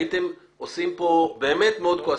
הייתם באמת מאוד כועסים,